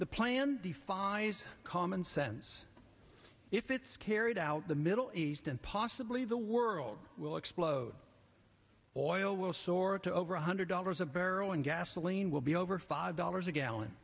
the plan defies common sense if it's carried out the middle east and possibly the world will explode oil will soar to over one hundred dollars a barrel and gasoline will be over five dollars a gallon